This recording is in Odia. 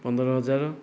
ପନ୍ଦର ହଜାର